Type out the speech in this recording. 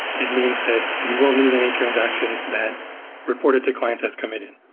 it means that you won't lose any transactions that reported to clients as committed.